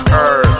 Earth